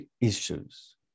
issues